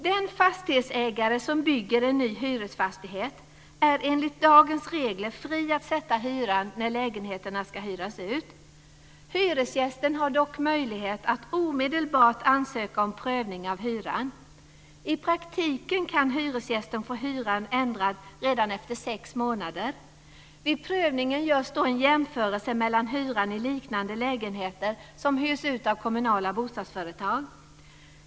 Den fastighetsägare som bygger en ny hyresfastighet är enligt dagens regler fri att sätta hyran när lägenheterna ska hyras ut. Hyresgästen har dock möjlighet att omedelbart ansöka om prövning av hyran. I praktiken kan hyresgästen få hyran ändrad redan efter sex månader. Vid prövningen görs då en jämförelse med liknande lägenheter som hyrs ut av kommunala bostadsföretag.